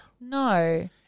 No